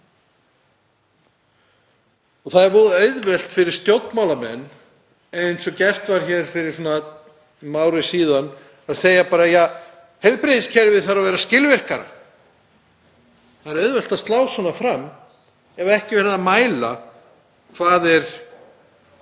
Það er voða auðvelt fyrir stjórnmálamenn, eins og gert var hér fyrir um ári síðan, að segja bara: Heilbrigðiskerfið þarf að vera skilvirkara. Það er auðvelt að slá svona fram ef ekki er verið að mæla hvað